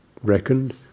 reckoned